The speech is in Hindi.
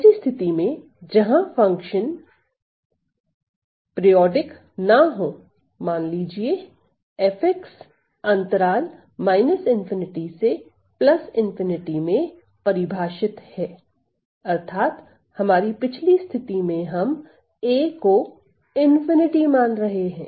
ऐसी स्थिति में जहां फंक्शन आवर्ती ना हो मान लीजिए fअंतराल ∞∞ में परिभाषित है अर्थात हमारी पिछली स्थिति में हम a को ∞ मान रहे हैं